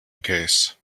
case